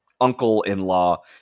uncle-in-law